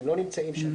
הם לא נמצאים שם.